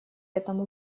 этому